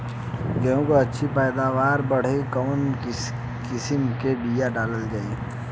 गेहूँ क अच्छी पैदावार बदे कवन किसीम क बिया डाली जाये?